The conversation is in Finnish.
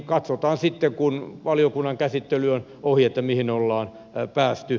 katsotaan sitten kun valiokunnan käsittely on ohi mihin ollaan päästy